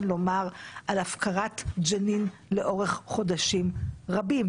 לומר על הפקרת ג'נין לאורך חודשים רבים.